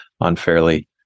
unfairly